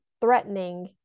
threatening